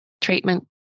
treatment